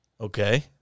Okay